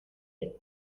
qué